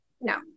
no